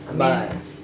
but